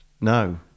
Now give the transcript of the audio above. No